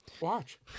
Watch